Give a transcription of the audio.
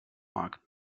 mark